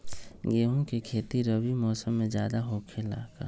गेंहू के खेती रबी मौसम में ज्यादा होखेला का?